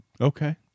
Okay